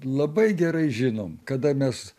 labai gerai žinom kada mes